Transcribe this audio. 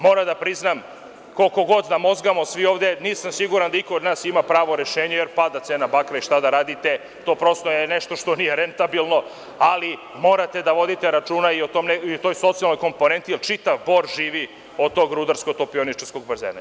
Moram da priznam, koliko god da mozgamo svi ovde, nisam siguran da iko od nas ima pravo rešenje, jer pada cena bakra i šta da radite, to je prosto nešto što nije rentabilno, ali morate da vodite računa i o toj socijalnoj komponenti, jer čitav Bor živi od tog Rudarsko topioničarskog basena.